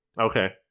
Okay